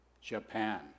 Japan